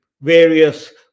various